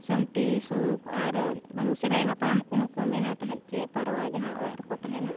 ᱥᱟᱱᱛᱤ ᱥᱩᱠᱷ ᱟᱨ ᱵᱟᱝ ᱥᱮᱫᱟᱭ ᱦᱟᱯᱲᱟᱢ ᱠᱚᱦᱚᱸ ᱠᱚ ᱢᱮᱱᱟ ᱛᱟᱦᱮᱸ ᱪᱮᱫ ᱯᱟᱣᱨᱟ ᱡᱟᱦᱟᱸ ᱚᱲᱟᱜ ᱨᱮᱠᱚ ᱛᱟᱦᱮᱱᱟ